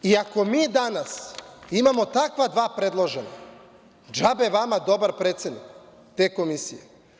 Ako mi danas imamo takva dva predložena, džabe vama dobar predsednik te Komisije.